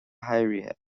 háirithe